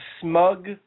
smug